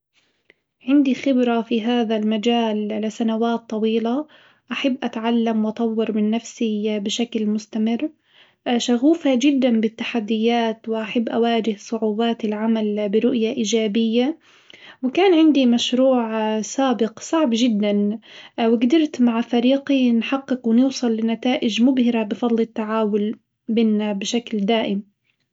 عندي خبرة في هذا المجال لسنوات طويلة، أحب أتعلم وأطور من نفسي بشكل مستمر شغوفة جدًا بالتحديات وأحب أواجه صعوبات العمل برؤية إيجابية، وكان عندي مشروع سابق صعب جدًا وجدرت مع فريقي نحقق ونوصل لنتائج مبهرة بفضل التعاون بينا بشكل دائم.